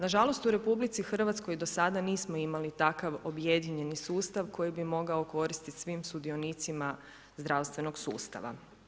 Nažalost u RH do sada nismo imali takav objedinjeni sustav koji bi mogao koristiti svim sudionicima zdravstvenog sustava.